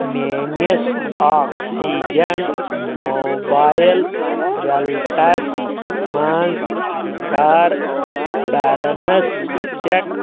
میٚٲنِس oxygen mobile wallets منٛز کَر balance check